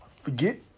Forget